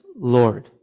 Lord